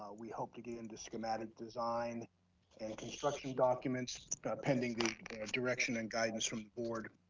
ah we hope to get into schematic design and construction documents pending the direction and guidance from the board,